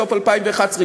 ובסוף 2011,